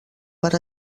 per